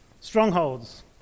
strongholds